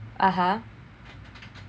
(uh huh)